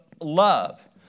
love